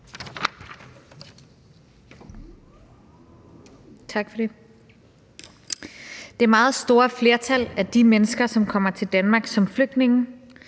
Det meget store flertal af de mennesker, som kommer til Danmark som flygtninge,